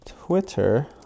twitter